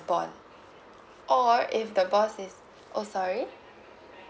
born or if the boss is oh sorry